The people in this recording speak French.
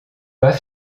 pas